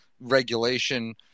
regulation